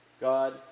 God